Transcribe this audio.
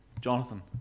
Jonathan